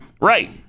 right